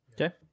Okay